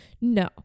No